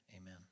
Amen